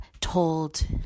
told